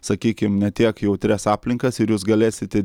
sakykim ne tiek jautrias aplinkas ir jūs galėsiti